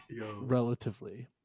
relatively